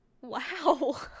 wow